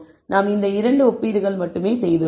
நான் இந்த இரண்டு ஒப்பீடுகள் மட்டுமே செய்துள்ளோம்